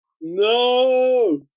No